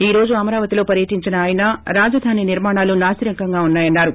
ఈ రోజు అమరావతిలో పర్వటీంచిన ఆయన రాజధాని నిర్మాణాలు నాసిరకంగా ఉన్నాయని అన్నారు